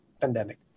pandemic